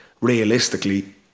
realistically